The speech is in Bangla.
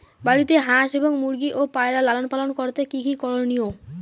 বাড়িতে হাঁস এবং মুরগি ও পায়রা লালন পালন করতে কী কী করণীয়?